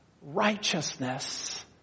righteousness